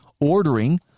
ordering